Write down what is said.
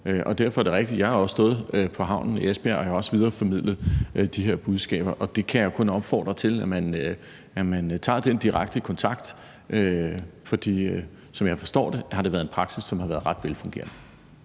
mange år. Det er rigtigt, at jeg har stået på havnen i Esbjerg og også videreformidlet de her budskaber. Og jeg kan kun opfordre til, at man tager den direkte kontakt, for som jeg forstår det, har der været en praksis, som har været ret velfungerende.